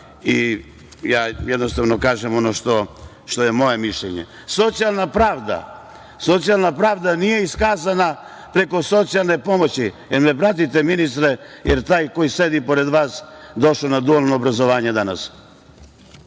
i, jednostavno, kažem ono što je moje mišljenje. Socijalna pravda nije iskazana preko socijalne pomoći…Da li me pratite, ministre? Jel taj koji sedi pored vas došao na dualno obrazovanje